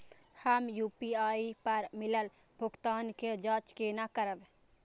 हम यू.पी.आई पर मिलल भुगतान के जाँच केना करब?